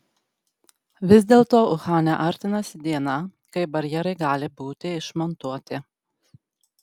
vis dėlto uhane artinasi diena kai barjerai gali būti išmontuoti